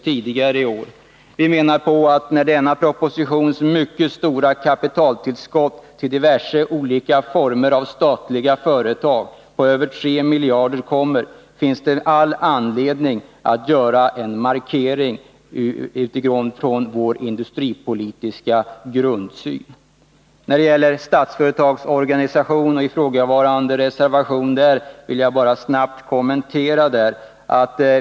Vi menar att det, när vi behandlar denna proposition med förslag om kapitaltillskott på över 3 miljarder till diverse olika statliga företag, finns all anledning att göra en markering med utgångspunkt i vår industripolitiska grundsyn. När det gäller Statsföretags organisation vill jag bara snabbt kommentera vår ståndpunkt.